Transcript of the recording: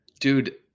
Dude